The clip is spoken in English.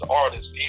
artists